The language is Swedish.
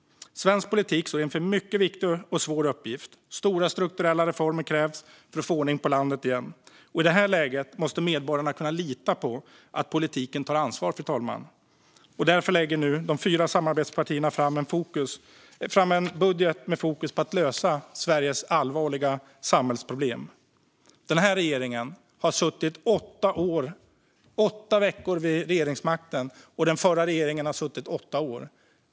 Svensk politik står inför en mycket viktig och svår uppgift. Stora strukturella reformer krävs för att få ordning på landet igen. I det här läget måste medborgarna kunna lita på att politiken tar ansvar, fru talman. Därför lägger nu de fyra samarbetspartierna fram en budget med fokus på att lösa Sveriges allvarliga samhällsproblem. Den här regeringen har suttit åtta veckor vid regeringsmakten, och den förra regeringen har suttit i åtta år.